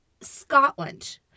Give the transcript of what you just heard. Scotland